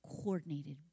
coordinated